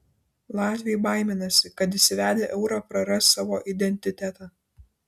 latviai baiminasi kad įsivedę eurą praras savo identitetą